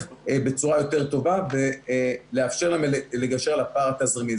בצורה יותר טובה ולאפשר להם לגשר על פער התרימים.